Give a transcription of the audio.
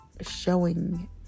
showing